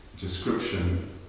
description